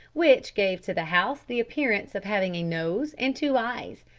which gave to the house the appearance of having a nose and two eyes.